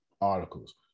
Articles